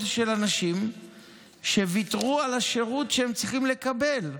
של אנשים שוויתרו על השירות שהם צריכים לקבל.